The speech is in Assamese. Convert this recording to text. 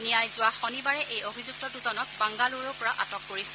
নিয়াই যোৱা শনিবাৰে এই অভিযুক্ত দুজনক বাংগালুৰুৰ পৰা আটক কৰিছিল